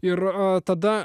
ir tada